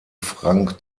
frank